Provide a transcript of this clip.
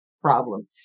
problem